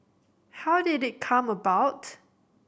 how did it come about